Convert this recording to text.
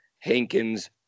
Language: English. Hankins